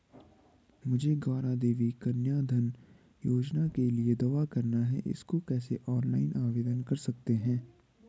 मुझे गौरा देवी कन्या धन योजना के लिए दावा करना है इसको कैसे ऑनलाइन आवेदन कर सकते हैं?